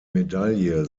medaille